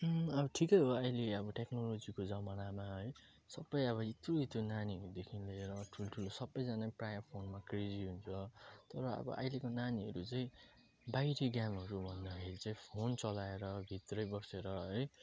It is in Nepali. अब ठिकै हो अहिले अब टेक्नोलोजीको जमानामा है सबै अब इत्रु इत्रु नानीहरूदेखि लिएर ठुल्ठुलो सबैजना प्रायः फोनमा क्रेजी हुन्छ तर अब अहिलेको नानीहरू चाहिँ बाहिरी ज्ञानहरू भन्दाखेरि चाहिँ फोन चलाएर भित्रै बसेर है